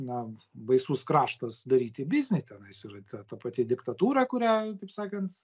na baisus kraštas daryti biznį tenais yra ta pati diktatūra kurią taip sakant